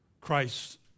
Christ